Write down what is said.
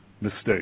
mistake